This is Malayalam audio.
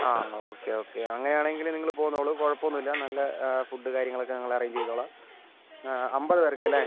ആ ഓക്കെ ഓക്കെ അങ്ങനെ ആണെങ്കിൽ നിങ്ങൾ പോന്നോളൂ കുഴപ്പം ഒന്നും ഇല്ല നല്ല ഫുഡ് കാര്യങ്ങളൊക്കെ ഞങ്ങൾ അറേഞ്ച് ചെയ്തോളാം അമ്പത് പേർക്ക് അല്ലേ